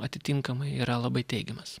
atitinkamai yra labai teigiamas